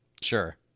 sure